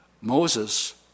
Moses